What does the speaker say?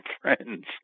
friends